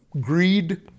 greed